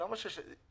שש שנים.